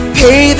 pay